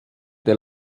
der